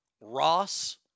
Ross